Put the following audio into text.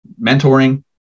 mentoring